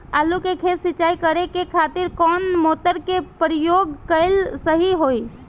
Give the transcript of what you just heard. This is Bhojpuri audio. आलू के खेत सिंचाई करे के खातिर कौन मोटर के प्रयोग कएल सही होई?